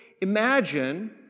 imagine